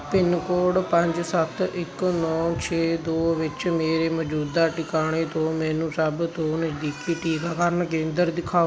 pin code ਪੰਜ ਸੱਤ ਇੱਕ ਨੌਂ ਛੇ ਦੋ ਵਿੱਚ ਮੇਰੇ ਮੌਜੂਦਾ ਟਿਕਾਣੇ ਤੋਂ ਮੈਨੂੰ ਸਭ ਤੋਂ ਨਜ਼ਦੀਕੀ ਟੀਕਾਕਰਨ ਕੇਂਦਰ ਦਿਖਾਓ